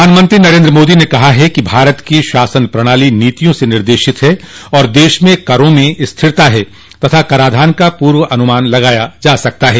प्रधानमंत्री नरेन्द्र मोदी ने कहा है कि भारत की शासन प्रणाली नीतियों से निर्देशित है और देश में करों में स्थिरता है तथा कराधान का पूर्वानुमान लगाया जा सकता है